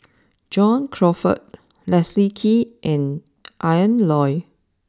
John Crawfurd Leslie Kee and Ian Loy